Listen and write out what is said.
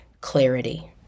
clarity